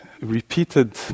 repeated